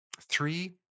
three